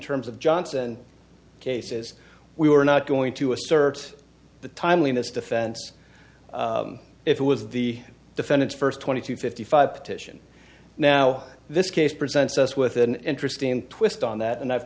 terms of johnson cases we were not going to assert the timeliness defense if it was the defendant's first twenty two fifty five petition now this case presents us with an interesting twist on that and i've